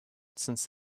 since